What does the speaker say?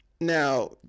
Now